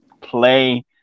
play